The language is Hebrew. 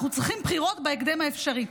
אנחנו צריכים בחירות בהקדם האפשרי.